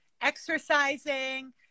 exercising